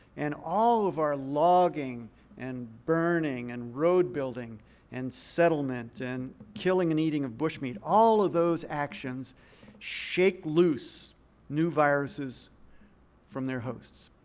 and all of our logging and burning and road building and settlement and killing and eating of bushmeat, all of those actions shake loose new viruses from their hosts,